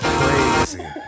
crazy